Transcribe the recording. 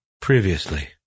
Previously